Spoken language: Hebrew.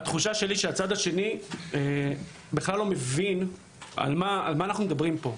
התחושה שלי היא שהצד השני בכלל לא מבין על מה אנחנו מדברים פה,